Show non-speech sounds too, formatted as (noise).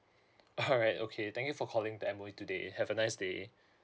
all right (laughs) okay thank you for calling the M_O_E today have a nice day